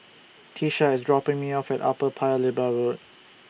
Tiesha IS dropping Me off At Upper Paya Lebar Road